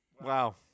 wow